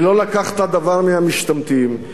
ולא לקחת דבר מהמשתמטים,